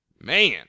Man